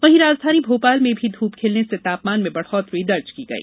वहीं राजधानी भोपाल में भी धूप खिलने से तापमान में बढ़ौतरी दर्ज की गई